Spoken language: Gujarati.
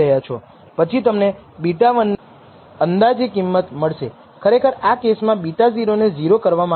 પછી તમને β1 ની અંદાજે કિંમત મળશે ખરેખર આ કેસમાં β0 ને 0 કરવામાં આવે છે